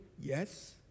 Yes